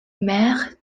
maire